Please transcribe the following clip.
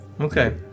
Okay